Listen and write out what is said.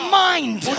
mind